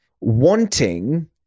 wanting